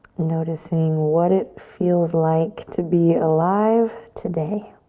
noticing what it feels like to be alive today.